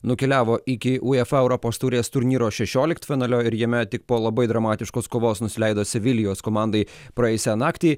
nukeliavo iki uefa europos taurės turnyro šešioliktfinalio ir jame tik po labai dramatiškos kovos nusileido sevilijos komandai praėjusią naktį